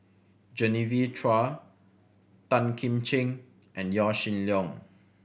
Genevieve Chua Tan Kim Ching and Yaw Shin Leong